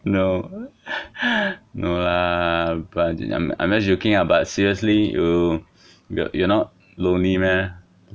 no no lah but I'm I'm just joking lah but seriously you you are not lonely meh